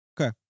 Okay